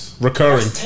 Recurring